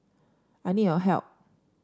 I need your help